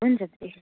हुन्छ दिदी